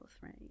right